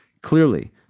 Clearly